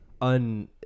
un